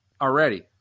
already